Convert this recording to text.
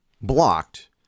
blocked